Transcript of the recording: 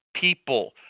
people